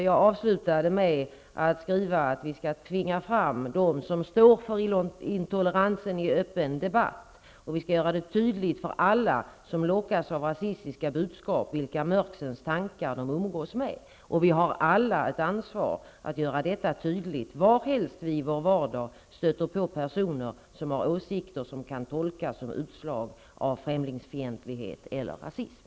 Jag avslutade med att vi skall tvinga fram dem som står för intolerans i öppen debatt och att vi skall göra det tydligt för alla som lockas av rasistiska budskap vilka mörksens tankar de umgås med. Vi har alla ett ansvar att göra detta tydligt varhelst vi i vår vardag stöter på personer som har åsikter som kan tolkas som utslag av främlingsfientlighet eller rasism.